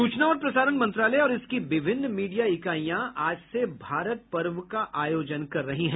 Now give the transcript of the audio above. सूचना और प्रसारण मंत्रालय और इसकी विभिन्न मीडिया इकाइयां आज से भारत पर्व आयोजन कर रही है